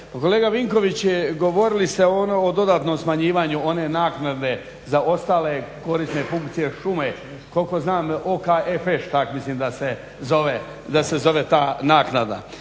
kolega Vinković govorili ste o dodatnom smanjivanju one naknade za ostale korisne funkcije šume, koliko znam OKFŠ mislim da se zove ta naknada